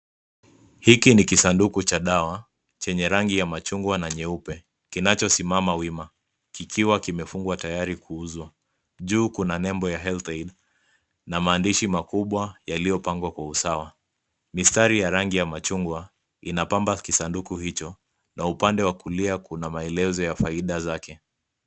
Hiki ni kisanduku cha dawa chenye rangi ya machungwa na nyeupe kinachosimama wima kikiwa kimefungwa tayari kuuzwa. Juu kuna nembo ya HealthAid na maandishi makubwa yaliyopangwa kwa usawa. Mistari ya rangi ya machungwa inapamba kisanduku hicho na upande wa kulia kuna maelezo ya faida zake.